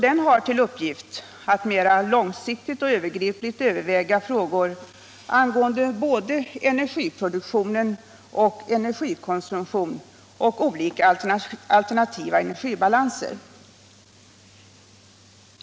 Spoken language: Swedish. Den har till uppgift att mer långsiktigt och övergripande överväga frågor angående både energiproduktion och energikonsumtion samt olika alternativa energibalanser.